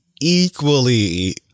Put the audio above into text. equally